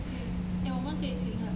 okay eh 我们可以停了